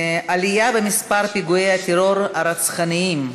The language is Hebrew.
עלייה במספר פיגועי הטרור הרצחניים,